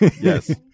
Yes